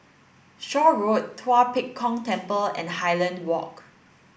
Shaw Road Tua Pek Kong Temple and Highland Walk